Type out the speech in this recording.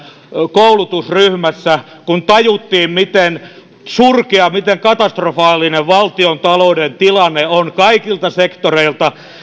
koulutusryhmässä kun tajuttiin miten surkea ja miten katastrofaalinen valtiontalouden tilanne on kaikilta sektoreilta